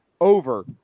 over